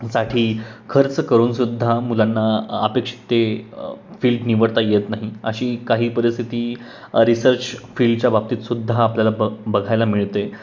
साठी खर्च करून सुद्धा मुलांना अपेक्षित ते फील्ड निवडता येत नाही अशी काही परिस्थिती रिसर्च फील्डच्या बाबतीत सुद्धा आपल्याला ब बघायला मिळते